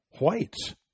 whites